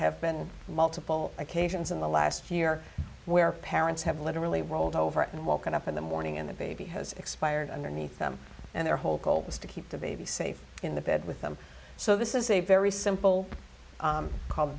have been multiple occasions in the last year where parents have literally rolled over and woken up in the morning and the baby has expired underneath them and their whole goal is to keep the baby safe in the bed with them so this is a very simple call the